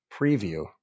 preview